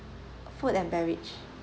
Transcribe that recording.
food and beverage